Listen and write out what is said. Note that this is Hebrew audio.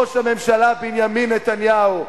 ראש הממשלה בנימין נתניהו,